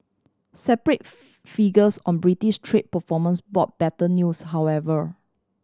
separate figures on Britain's trade performance brought better news however